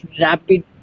rapid